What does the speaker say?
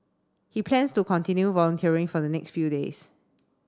he plans to continue volunteering for the next few days